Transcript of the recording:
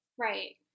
right